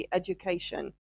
education